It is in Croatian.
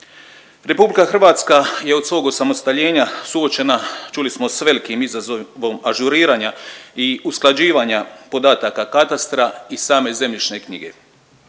RH je od svog osamostaljenja suočena čuli smo s velikim izazovom ažuriranja i usklađivanja podataka katastra i same zemljišne knjige.